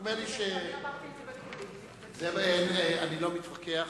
נדמה לי, אני אמרתי את זה בקולי, אני לא מתווכח.